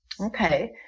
Okay